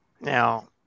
Now